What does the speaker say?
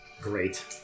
Great